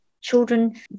children